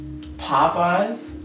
Popeyes